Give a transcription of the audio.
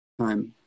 time